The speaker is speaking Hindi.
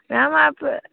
मैम आप